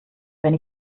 wenn